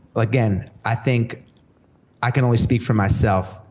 again, i think i can only speak for myself,